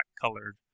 colored